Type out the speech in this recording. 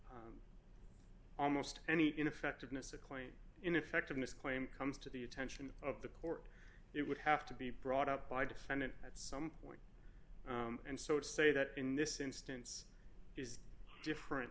almost any ineffectiveness a claim ineffectiveness claim comes to the attention of the court it would have to be brought up by defendant at some point and so to say that in this instance different